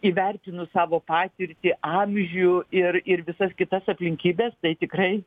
įvertinu savo patirtį amžių ir ir visas kitas aplinkybes tai tikrai